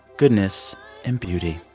goodness and beauty.